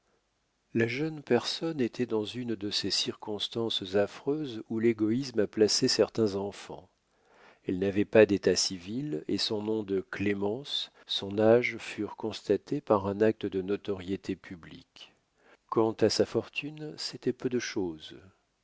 la jeune personne était dans une de ces circonstances affreuses où l'égoïsme a placé certains enfants elle n'avait pas détat civil et son nom de clémence son âge furent constatés par un acte de notoriété publique quant à sa fortune c'était peu de chose